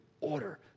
order